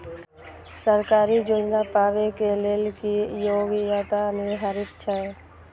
सरकारी योजना पाबे के लेल कि योग्यता निर्धारित छै?